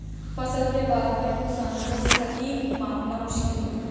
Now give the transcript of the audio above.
फसल के बाद के नुकसान को सटीक मापना मुश्किल है